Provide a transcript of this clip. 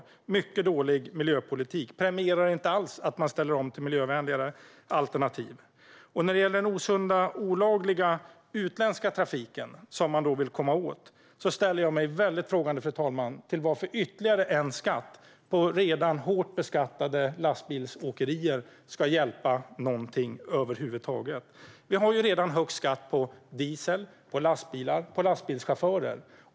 Det är en mycket dålig miljöpolitik som inte alls premierar att man ställer om till miljövänligare alternativ. När det gäller den osunda och olagliga utländska trafiken, som man vill komma åt, ställer jag mig väldigt frågande, fru talman, till hur ytterligare en skatt på redan hårt beskattade lastbilsåkerier ska hjälpa över huvud taget. Vi har redan högst skatt på diesel, på lastbilar och på lastbilschaufförer.